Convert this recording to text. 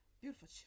beautiful